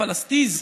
"פלסטיז",